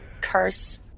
curse